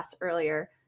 earlier